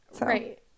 Right